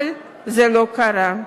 אבל זה לא קרה.